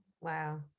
Wow